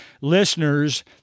listeners